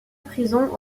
prison